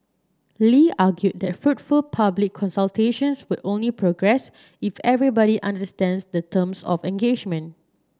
Lee argued that fruitful public consultations would only progress if everybody understands the terms of engagement